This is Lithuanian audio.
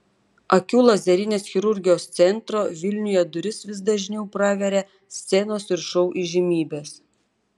akių lazerinės chirurgijos centro vilniuje duris vis dažniau praveria scenos ir šou įžymybės